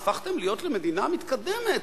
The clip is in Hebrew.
הפכתם להיות מדינה מתקדמת,